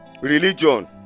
religion